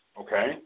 okay